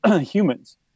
humans